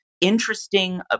interesting